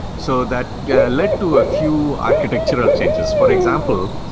so that led to a few architectural changes. for example,